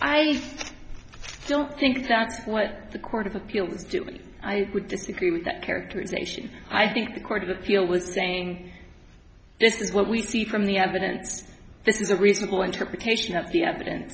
i don't think that's what the court of appeals do me i would disagree with that characterization i think the court of appeal was saying this is what we see from the evidence this is a reasonable interpretation of the evidence